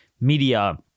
Media